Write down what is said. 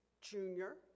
Junior